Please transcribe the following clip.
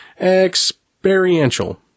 experiential